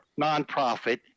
nonprofit